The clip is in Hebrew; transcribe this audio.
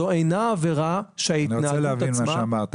זו אינה עבירה שההתנהגות עצמה --- אני רוצה להבין את מה שאמרת,